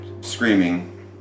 screaming